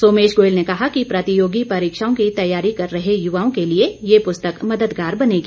सोमेश गोयल ने कहा कि प्रतियोगी परीक्षाओं की तैयारी कर रहे युवाओं के लिए ये पुस्तक मददगार बनेगी